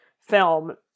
film